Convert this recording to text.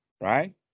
right